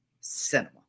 cinema